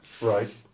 Right